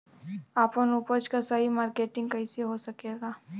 आपन उपज क सही मार्केटिंग कइसे हो सकेला?